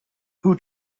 who